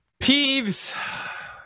Peeves